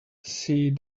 see